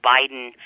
Biden